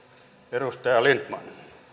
edustaja lindtman